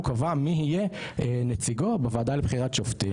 קבע מי יהיה נציגו בוועדה לבחירת שופטים,